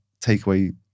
takeaway